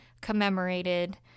commemorated